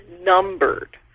numbered